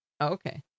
Okay